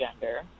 gender